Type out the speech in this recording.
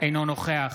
אינו נוכח